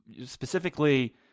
specifically